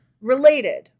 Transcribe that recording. Related